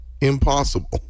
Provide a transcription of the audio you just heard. impossible